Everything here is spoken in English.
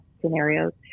scenarios